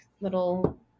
little